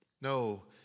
No